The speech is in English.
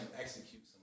execute